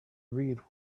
read